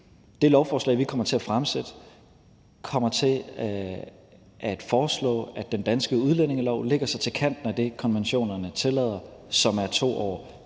det lovforslag, vi kommer til at fremsætte, kommer vi til at foreslå, at den danske udlændingelov lægger sig til kanten af det, konventionerne tillader, som er 2 år.